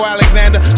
Alexander